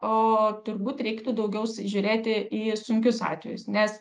o turbūt reiktų daugiaus žiūrėt į sunkius atvejus nes